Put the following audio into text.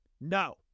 No